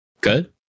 Good